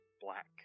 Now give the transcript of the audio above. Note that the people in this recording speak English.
black